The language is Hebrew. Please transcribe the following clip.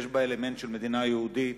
שיש בה אלמנט של מדינה יהודית,